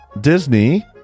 Disney